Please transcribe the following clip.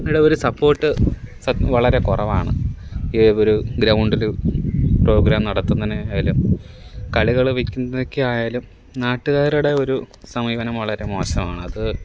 ഒരു സപ്പോട്ട് സത് വളരെ കുറവാണ് ഒരു ഗ്രൗണ്ടിൽ പ്രോഗ്രാം നടത്തുന്നതിന് ആയാലും കളികൾ വെക്കുന്നത് ഒക്കെയായാലും നാട്ടുകാരുടെ ഒരു സമീപനം വളരെ മോശമാണത്